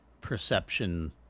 perception